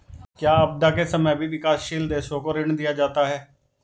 क्या आपदा के समय भी विकासशील देशों को ऋण दिया जाता है?